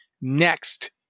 next